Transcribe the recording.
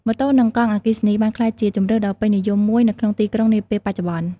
ម៉ូតូនិងកង់អគ្គិសនីបានក្លាយជាជម្រើសដ៏ពេញនិយមមួយនៅក្នុងទីក្រុងនាពេលបច្ចុប្បន្ន។